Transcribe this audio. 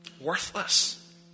Worthless